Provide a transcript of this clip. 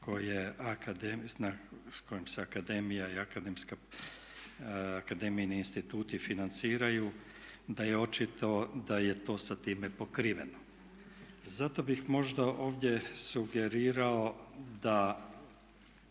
kojima se akademija i akademijini instituti financiraju, da je očito da je to sa time pokriveno. Zato bih možda ovdje sugerirao da